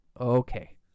Okay